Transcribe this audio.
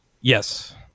yes